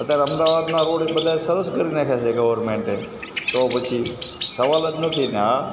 અત્યારે અમદાવાદના રોડ બધા સરસ કરી નાખ્યા છે ગવર્મેન્ટે તો પછી સવાલ જ નથીને હા